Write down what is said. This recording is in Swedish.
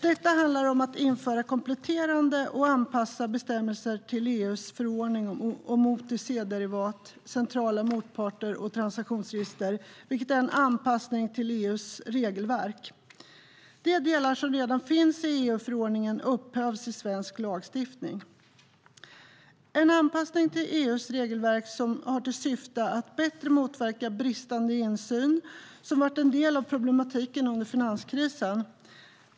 Detta handlar om att införa kompletterande bestämmelser och anpassa bestämmelser till EU:s förordning om OTC-derivat, centrala motparter och transaktionsregister. Det är en anpassning till EU:s regelverk. De delar som redan finns i EU-förordningen upphävs i svensk lagstiftning. Anpassningen till EU:s regelverk syftar till att bättre motverka bristande insyn, som har varit en del av problematiken under finanskrisen.